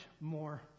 more